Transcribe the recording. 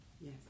Yes